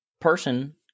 person